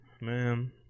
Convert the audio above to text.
Man